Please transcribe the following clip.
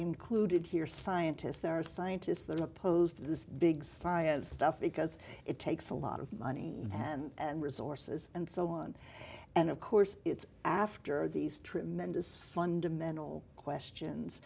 included here scientists there are scientists they're opposed to this big science stuff because it takes a lot of money and resources and so on and of course it's after these tremendous fundamental questions